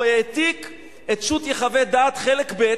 הוא העתיק את שו"ת "יחווה דעת" חלק ב',